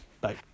Bye